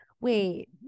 Wait